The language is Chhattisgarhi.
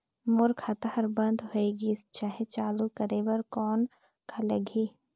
मोर खाता हर बंद होय गिस साहेब चालू करे बार कौन का लगही?